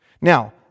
Now